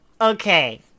okay